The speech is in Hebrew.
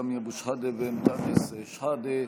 סמי אבו שחאדה ואנטאנס שחאדה,